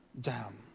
down